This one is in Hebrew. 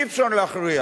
אי-אפשר להכריח.